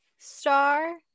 star